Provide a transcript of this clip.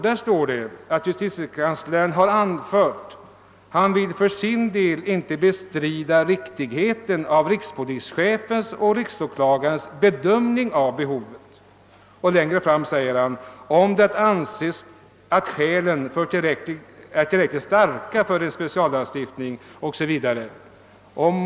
Där står att justitiekanslern anfört följande: »Han vill för sin del inte bestrida riktigheten av rikspolischefens och riksåklagarens bedömning av behovet ———.» Längre fram säger han bl.a. följande: »Om det anses att skälen är tillräckligt starka för en speciallagstiftning» etc.